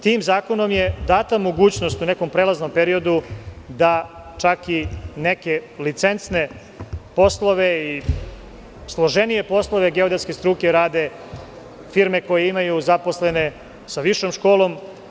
Tim zakonom je data mogućnost u nekom prelaznom periodu da čak i neke licencne poslove i složenije poslove geodetske struke rade firme koje imaju zaposlene sa višom školom.